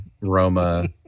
Roma